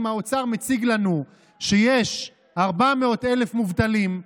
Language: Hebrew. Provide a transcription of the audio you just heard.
אם האוצר מציג לנו שיש 400,000 מובטלים,